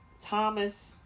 Thomas